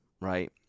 right